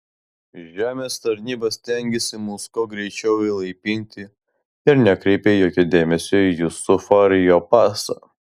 žemės tarnyba stengėsi mus kuo greičiau įlaipinti ir nekreipė jokio dėmesio į jusufą ar jo pasą